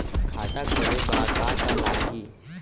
खाता खोले बार का का लागही?